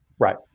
Right